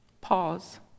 Pause